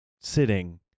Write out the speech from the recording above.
sitting